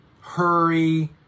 hurry